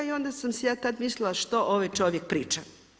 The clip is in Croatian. I onda sam si ja tada mislila, što ovaj čovjek priča.